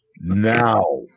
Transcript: now